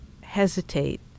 hesitate